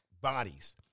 bodies